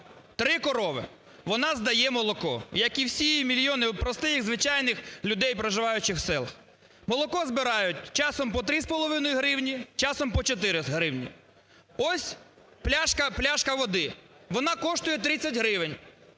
3 корови, вона здає молоко як і всі, мільйони простих звичайних людей, проживаючих в селах. Молоко збирають часом по 3,5 гривні, часом – по 4,5 гривні. Ось пляшка води, вона коштує 30 гривень,